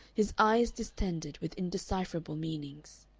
his eyes distended with indecipherable meanings.